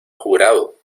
jurado